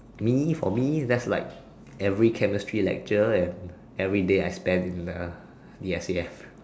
me for me that's like every chemistry lecture and everyday I spend in uh the S_A_F